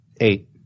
Eight